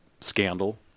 scandal